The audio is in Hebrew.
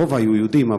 הרוב היו יהודים,